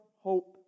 hope